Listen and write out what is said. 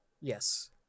Yes